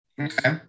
Okay